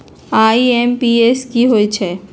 IMPS की होईछइ?